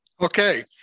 Okay